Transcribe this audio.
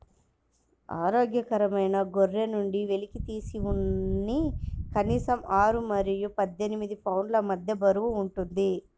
ఆరోగ్యకరమైన గొర్రె నుండి వెలికితీసిన ఉన్ని కనీసం ఆరు మరియు పద్దెనిమిది పౌండ్ల మధ్య బరువు ఉంటుంది